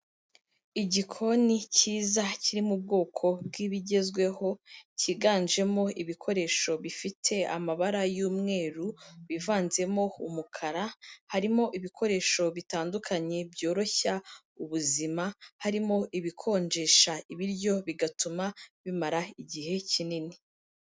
Igikoni cyiza kiri mu bwoko bw'ibigezweho, cyiganjemo ibikoresho bifite amabara y'umweru, bivanzemo umukara, harimo ibikoresho bitandukanye byoroshya ubuzima, harimo ibikonjesha ibiryo bigatuma bimara igihe kinini.